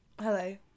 Hello